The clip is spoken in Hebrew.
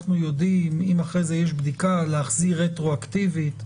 יודעים אם אחרי זה יש בדיקה להחזיר רטרואקטיבית,